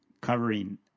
covering